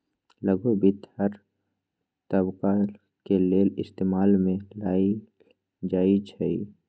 लघु वित्त हर तबका के लेल इस्तेमाल में लाएल जाई छई